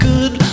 Good